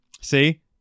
See